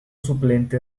suplente